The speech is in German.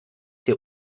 der